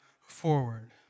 forward